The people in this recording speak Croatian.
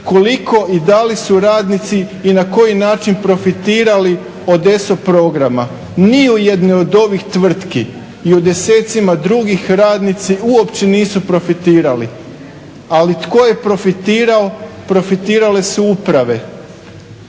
koliko i dali su radnici i na koji način profitirali od ESOP programa. Ni u jednoj od ovih tvrtki i u desecima drugih radnici uopće nisu profitirali. Ali tko je profitirao, profitirale su uprave